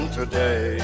today